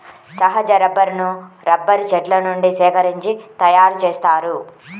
సహజ రబ్బరును రబ్బరు చెట్ల నుండి సేకరించి తయారుచేస్తారు